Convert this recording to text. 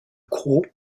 cros